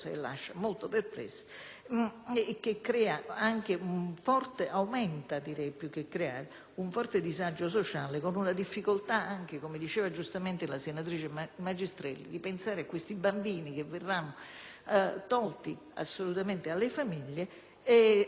già forte disagio sociale, con la difficoltà - come diceva giustamente la senatrice Magistrelli - di pensare a questi bambini che verranno tolti alle famiglie e che dovranno pure essere affidati a qualcuno. Mi pare che questo aspetto del problema non sia stato minimamente approfondito.